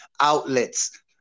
outlets